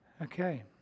Okay